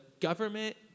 government